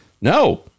no